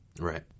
Right